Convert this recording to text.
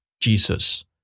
Jesus